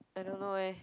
I don't know eh